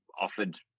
offered